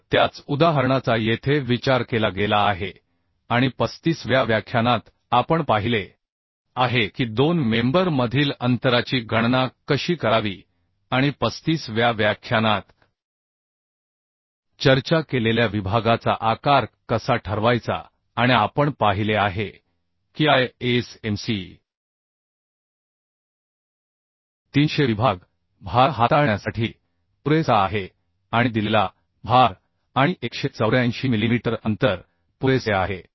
तर त्याच उदाहरणाचा येथे विचार केला गेला आहे आणि 35 व्या व्याख्यानात आपण पाहिले आहे की दोन मेंबर मधील अंतराची गणना कशी करावी आणि 35 व्या व्याख्यानात चर्चा केलेल्या विभागाचा आकार कसा ठरवायचा आणि आपण पाहिले आहे की ISMC 300 विभाग भार हाताळण्यासाठी पुरेसा आहे आणि दिलेला भार आणि 184 मिलीमीटर अंतर पुरेसे आहे